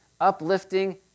uplifting